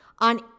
on